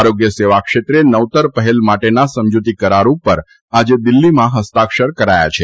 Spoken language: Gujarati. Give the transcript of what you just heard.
આરોગ્ય સેવા ક્ષેત્રે નવતર પહેલ માટેના સમજૂતી કરાર ઉપર આજે દિલ્હીમાં હસ્તાક્ષર કરાયા છે